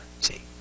see